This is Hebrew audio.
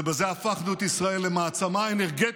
ובזה הפכנו את ישראל למעצמה אנרגטית.